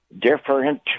different